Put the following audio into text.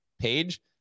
page